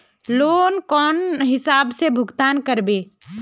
Loan कौन हिसाब से भुगतान करबे?